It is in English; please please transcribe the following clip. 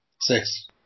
Six